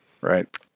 right